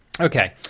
Okay